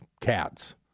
cats